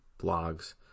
blogs